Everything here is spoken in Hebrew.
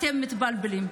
אתם מתבלבלים.